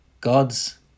God's